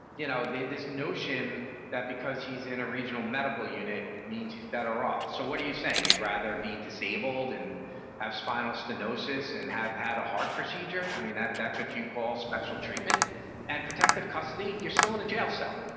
you know, this notion that because he's in a regional medical unit means he's better off. so what are you saying? you'd rather be disabled and have spinal stenosis and have had a heart procedure? i mean, that that's what you call special treatment and protective custody. you're still in a jail cell.